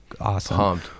awesome